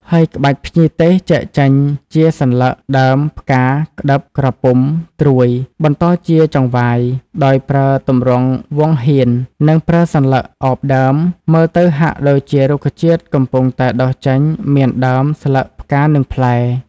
ហើយក្បាច់ភ្ញីទេសចែកចេញជាសន្លឹក ដើម ផ្កា ក្តឹប ក្រពុំ ត្រួយ បន្តជាចង្វាយដោយប្រើទម្រង់វង់ហៀន និងប្រើសន្លឹកឱបដើម មើលទៅហាក់ដូចជារុក្ខជាតិកំពុងតែដុះចេញមានដើម ស្លឹក ផ្កា និងផ្លែ។